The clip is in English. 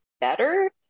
better